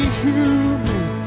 human